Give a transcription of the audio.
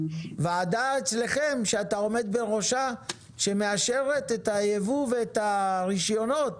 וועדה אצלכם שאתה עומד בראשה אשר מאשרת את הייבוא ואת הרישיונות?